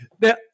Now